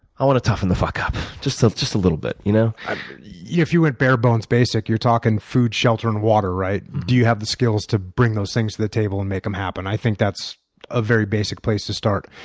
i want to toughen the fuck up so just a little bit. you know if you were bare bones basic, you're talking food, shelter and water, right? do you have the skills to bring those things to the table and make them happen? i think that's a very basic place to start.